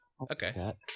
Okay